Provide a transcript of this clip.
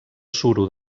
suro